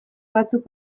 batzuk